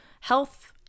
health